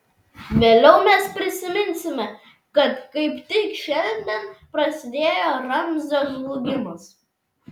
vėliau mes prisiminsime kad kaip tik šiandien prasidėjo ramzio žlugimas